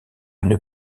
une